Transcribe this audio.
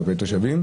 כלפי תושבים,